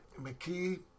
McKee